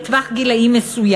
בטווח גיל מסוים,